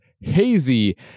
Hazy